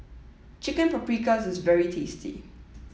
Chicken Paprikas is very tasty